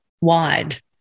wide